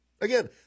Again